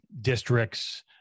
districts